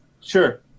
Sure